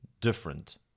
different